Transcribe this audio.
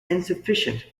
insufficient